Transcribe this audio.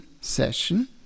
session